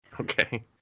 Okay